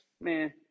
man